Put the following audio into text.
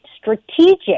strategic